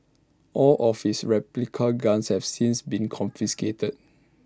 all of his replica guns have since been confiscated